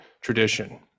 tradition